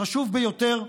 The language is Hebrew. חשוב ביותר.